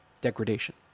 degradation